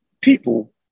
people